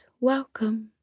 Welcome